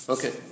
Okay